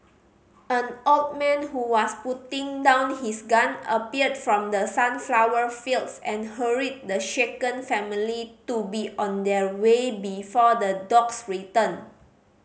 an old man who was putting down his gun appeared from the sunflower fields and hurried the shaken family to be on their way before the dogs return